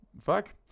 Fuck